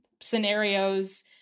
scenarios